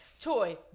Toy